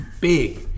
big